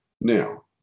Now